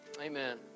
Amen